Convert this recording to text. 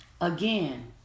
again